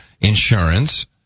insurance